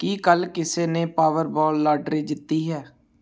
ਕੀ ਕੱਲ੍ਹ ਕਿਸੇ ਨੇ ਪਾਵਰਬਾਲ ਲਾਟਰੀ ਜਿੱਤੀ ਹੈ